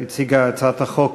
היא הציגה הצעת חוק,